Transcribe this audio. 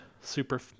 super